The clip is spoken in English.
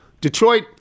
Detroit